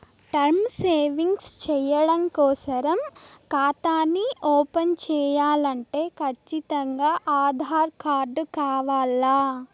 term savings చెయ్యడం కోసరం కాతాని ఓపన్ చేయాలంటే కచ్చితంగా ఆధార్ కార్డు కావాల్ల